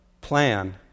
plan